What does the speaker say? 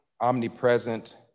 omnipresent